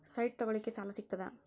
Site ತಗೋಳಿಕ್ಕೆ ಸಾಲಾ ಸಿಗ್ತದಾ?